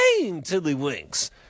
Tiddlywinks